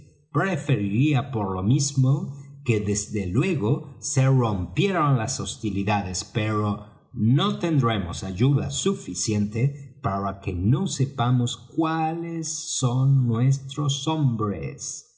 preferiría por lo mismo que desde luego se rompieran las hostilidades pero no tendremos ayuda suficiente para que no sepamos cuales son nuestros hombres